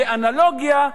באנלוגיה,